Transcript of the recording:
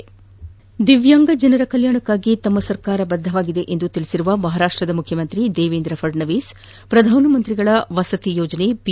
ಸುಂಂಂ ದಿವ್ಯಾಂಗದವರ ಕಲ್ಯಾಣಕ್ಕಾಗಿ ತಮ್ಮ ಸರ್ಕಾರ ಬದ್ದವಾಗಿದೆ ಎಂದು ತಿಳಿಸಿರುವ ಮಹಾರಾಷ್ಟ ಮುಖ್ಚಮಂತ್ರಿ ದೇವೇಂದ್ರ ಫಡ್ನವೀಸ್ ಪ್ರಧಾನಮಂತ್ರಿಯವರ ವಸತಿ ಯೋಜನೆ ಪಿ